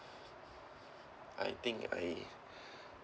I think I